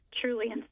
truly